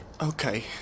Okay